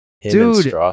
Dude